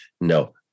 no